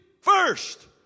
first